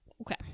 Okay